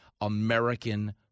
American